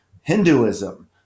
Hinduism